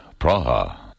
Praha